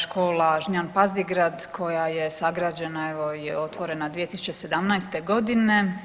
Škola Žnjan Pazdigrad koja je sagrađena evo i otvorena 2017. godine.